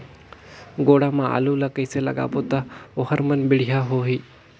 गोडा मा आलू ला कइसे लगाबो ता ओहार मान बेडिया होही?